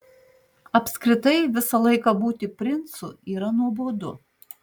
apskritai visą laiką būti princu yra nuobodu